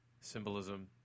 symbolism